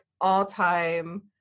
all-time